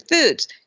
foods